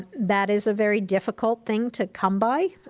that is a very difficult thing to come by.